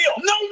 no